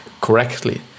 correctly